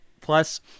plus